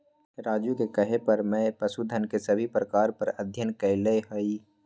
राजू के कहे पर मैं पशुधन के सभी प्रकार पर अध्ययन कैलय हई